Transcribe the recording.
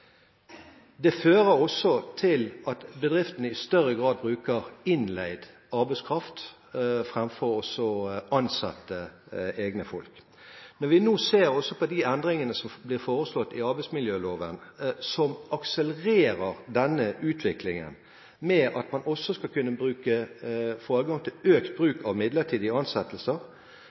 Det fører også til at bedriftene i større grad bruker innleid arbeidskraft framfor å ansette egne folk. Nå har vi også de endringene som blir foreslått i arbeidsmiljøloven, som akselererer denne utviklingen. At man skal få adgang til økt bruk av midlertidige ansettelser,